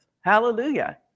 Hallelujah